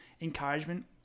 encouragement